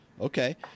Okay